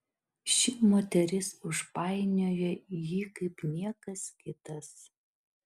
ši moteris užpainiojo jį kaip niekas kitas